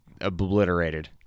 obliterated